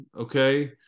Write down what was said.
okay